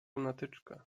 lunatyczka